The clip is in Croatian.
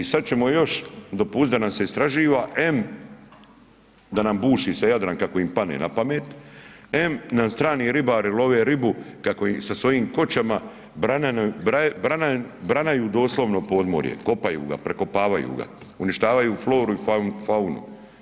I sad ćemo još dopustiti da nam se istraživa, em da nam buši se Jadran kako im padne napamet, em nam strani ribari love ribu kako im sa svojim koćama branaju doslovno podmorje, kopaju ga, prekopavaju ga, uništavaju floru i faunu.